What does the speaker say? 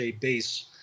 base